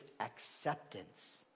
acceptance